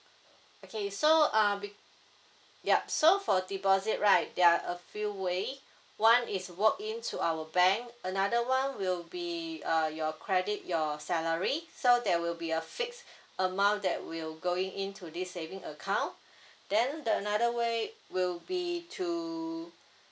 okay so uh be~ yup so for deposit right there are a few ways one is walk in to our bank another one will be uh your credit your salary so there will be a fixed amount that will going in to this saving account then the another way will be to